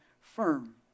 firm